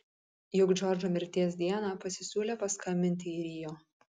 juk džordžo mirties dieną pasisiūlė paskambinti į rio